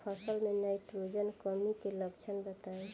फसल में नाइट्रोजन कमी के लक्षण बताइ?